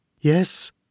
Yes